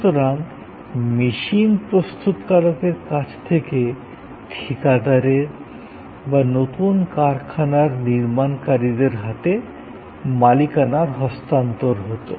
সুতরাং মেশিন প্রস্তূতকারকের কাছ থেকে ঠিকাদারের বা নতুন কারখানার নির্মাণকারীর হাতে মালিকানার হস্তান্তর হতো